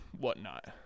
whatnot